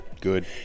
Good